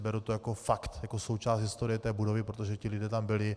Beru to jako fakt, jako součást historie budovy, protože ti lidé tam byli.